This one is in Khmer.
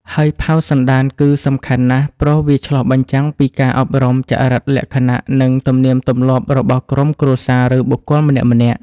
ហើយ ផៅសន្តាន គឺសំខាន់ណាស់ ព្រោះវាឆ្លុះបញ្ចាំងពីការអប់រំ ចរិតលក្ខណៈ និងទំនៀមទម្លាប់របស់ក្រុមគ្រួសារ ឬបុគ្គលម្នាក់ៗ។